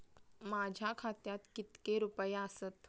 माझ्या खात्यात कितके रुपये आसत?